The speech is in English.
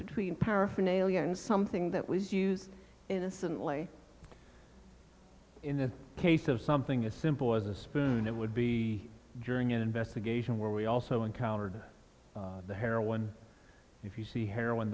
between paraphernalia and something that was used innocently in the case of something as simple as a spoon it would be during an investigation where we also encountered the heroin if you see heroin